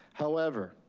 however,